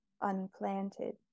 unplanted